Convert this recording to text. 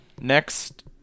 next